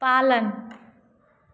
पालन